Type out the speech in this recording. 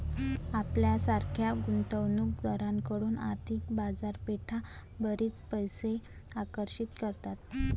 आपल्यासारख्या गुंतवणूक दारांकडून आर्थिक बाजारपेठा बरीच पैसे आकर्षित करतात